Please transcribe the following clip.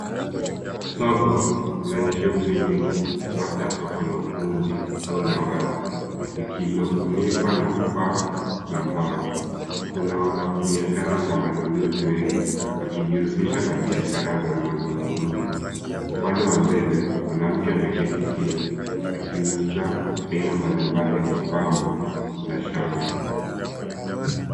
Soko lenye shughuli nyingi, labda soko la ufundi au la wazi lililofunikwa na paa la mbao. Kuna wanabiashara na wanunuzi wengi, wakijihusisha na biashara za mazungumzo. Upande wa mbele, mwanamke ameketi chini akiuza aina mbalimbali ya mapambo na shanga.